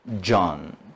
John